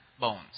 bones